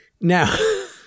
Now